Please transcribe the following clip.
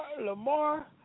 Lamar